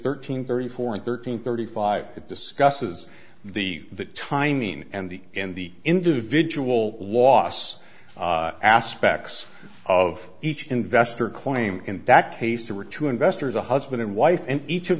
thirteen thirty four and thirteen thirty five it discusses the that timing and the and the individual loss aspects of each investor claim in that case there were two investors a husband and wife and each of